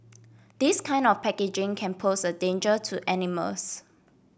this kind of packaging can pose a danger to animals